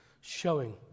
showing